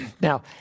Now